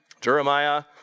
Jeremiah